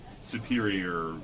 superior